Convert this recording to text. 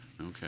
Okay